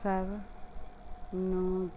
ਸਭ ਨੂੰ